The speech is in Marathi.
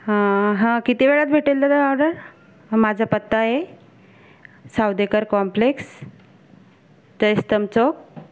हं हा किती वेळात भेटेल दादा ऑर्डर माझा पत्ता आहे सावदेकर कॉम्प्लेक्स जयस्तंभ चौक